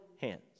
hands